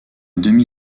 demi